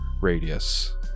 radius